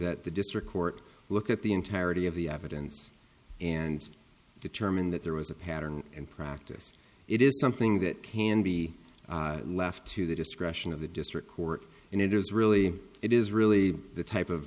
that the district court look at the entirety of the evidence and determine that there was a pattern and practice it is something that can be left to the discretion of the district court and it is really it is really the type of